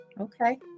Okay